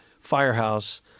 firehouse